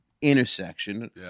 intersection